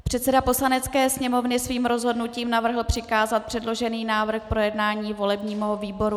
Předseda Poslanecké sněmovny svým rozhodnutím navrhl přikázat předložený návrh k projednání volebnímu výboru.